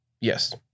Yes